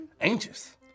Anxious